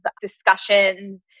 discussions